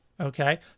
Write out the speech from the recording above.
Okay